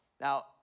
Now